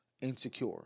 insecure